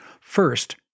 First